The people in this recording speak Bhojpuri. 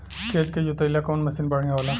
खेत के जोतईला कवन मसीन बढ़ियां होला?